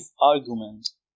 arguments